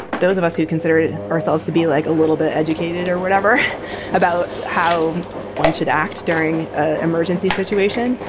those of us who considered ourselves to be like a little bit educated or whatever about how one should act during an emergency situation.